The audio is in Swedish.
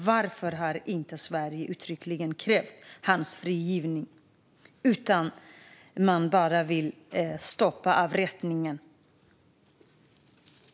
Varför har Sverige inte uttryckligen krävt hans frigivning? I stället vill man bara stoppa avrättningen.